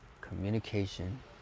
Communication